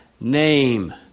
name